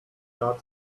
data